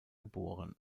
geboren